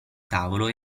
tavolo